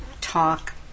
talk